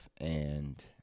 And-